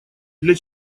для